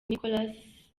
nicolas